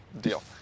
Deal